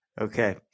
Okay